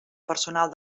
personal